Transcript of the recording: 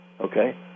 okay